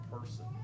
person